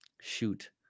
shoot